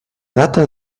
data